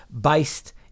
based